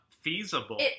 feasible